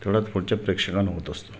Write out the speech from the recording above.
तेवढाच पुढच्या प्रेक्षकांना होत असतो